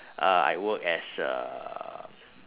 uh I work as uh